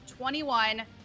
21